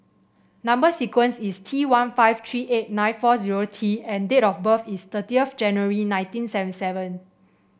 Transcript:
number sequence is T one five three eight nine four zero T and date of birth is thirty January nineteen seventy seven